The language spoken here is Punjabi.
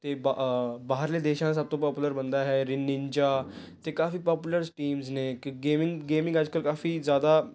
ਅਤੇ ਬਾ ਬਾਹਰਲੇ ਦੇਸ਼ਾਂ 'ਚ ਸਭ ਤੋਂ ਪੋਪੂਲਰ ਬੰਦਾ ਹੈ ਰਨਿੰਜਾ ਅਤੇ ਕਾਫੀ ਪਾਪੂਲਰ ਟੀਮਸ ਨੇ ਕਿ ਗੇਮਿੰਗ ਗੇਮਿੰਗ ਅੱਜ ਕੱਲ੍ਹ ਕਾਫੀ ਜ਼ਿਆਦਾ